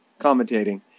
commentating